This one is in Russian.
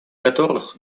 которых